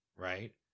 Right